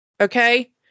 Okay